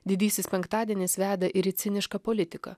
didysis penktadienis veda ir į cinišką politiką